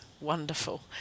wonderful